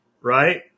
right